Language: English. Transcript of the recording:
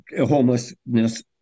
Homelessness